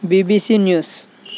BBC news